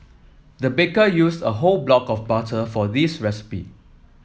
the baker used a whole block of butter for this recipe